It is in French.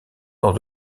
dans